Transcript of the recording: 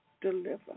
deliver